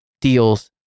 deals